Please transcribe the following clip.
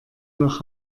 nach